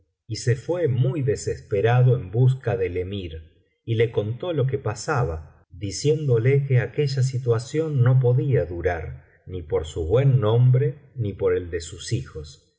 y se fué muy desesperado en busca del emir y le contó lo que pasaba diciéndole que aquella situación no podía durar ni por su buen nombre ni por el de sus hijos